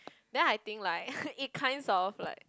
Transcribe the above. then I think like it kinds of like